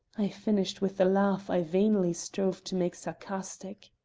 i finished with a laugh i vainly strove to make sarcastic.